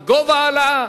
מה יהיה גובה ההעלאה.